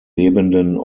lebenden